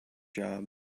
job